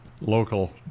local